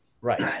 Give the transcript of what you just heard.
right